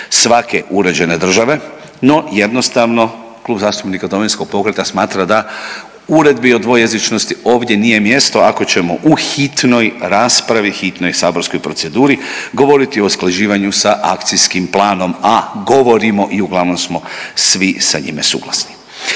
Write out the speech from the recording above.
svake uređene države, no jednostavno Klub zastupnika Domovinskog pokrata smatra da uredbi o dvojezičnosti ovdje nije mjesto ako ćemo u hitnoj raspravi i hitnoj saborskoj proceduri govoriti o usklađivanju sa akcijskim planom, a govorimo i uglavnom smo svi sa njime suglasni.